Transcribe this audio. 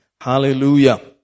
Hallelujah